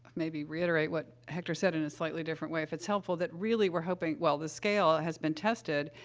maybe, reiterate what hector said in a slightly different way, if it's helpful, that, really, we're hoping well, the scale has been tested,